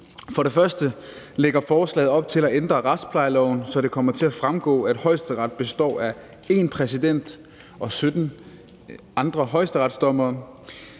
For det første lægger lovforslaget op til at ændre retsplejeloven, så det kommer til at fremgå, at Højesteret består af 1 præsident og 17 andre højesteretsdommere.